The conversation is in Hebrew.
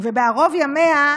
ובערוב ימיה,